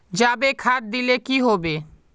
जाबे खाद दिले की होबे?